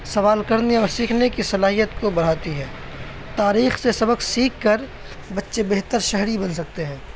سوال کرنے اور سیکھنے کی صلاحیت کو بڑھاتی ہے تاریخ سے سبق سیکھ کر بچے بہتر شہری بن سکتے ہیں